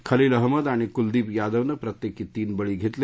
खलील अहमद आणि कुलदीप यादवनं प्रत्येकी तीन बळी घेतले